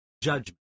judgment